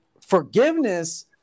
forgiveness